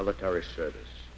military service